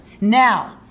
Now